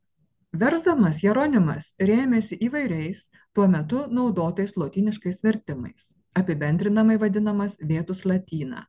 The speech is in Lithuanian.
versdamas jeronimas rėmėsi įvairiais tuo metu naudotais lotyniškais vertimais apibendrinamai vadinamas vėtus latina